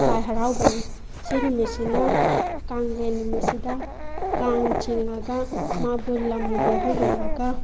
ꯂꯥꯏ ꯍꯔꯥꯎꯒꯅꯤ ꯁꯤ ꯅꯨꯃꯤꯠꯁꯤꯅ ꯀꯥꯡꯂꯦꯟ ꯅꯨꯃꯤꯠꯁꯤꯗ ꯀꯥꯡ ꯆꯤꯡꯉꯒ ꯃꯥꯕꯨ ꯂꯝ ꯀꯣꯏꯍꯜꯂꯨꯔꯒ